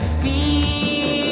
feel